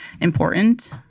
important